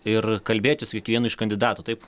ir kalbėjotės su kiekvienu iš kandidatų taip